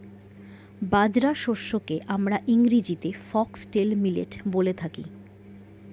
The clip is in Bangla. বাজরা শস্যকে আমরা ইংরেজিতে ফক্সটেল মিলেট বলে থাকি